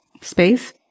space